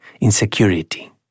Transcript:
insecurity